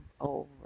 over